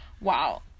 wow